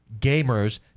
gamers